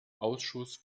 ausschuss